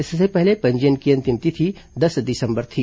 इससे पहले पंजीयन की अंतिम तिथि दस दिसंबर थी